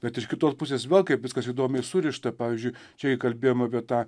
bet iš kitos pusės vėl kaip viskas įdomiai surišta pavyzdžiui čia įkalbėjom apie tą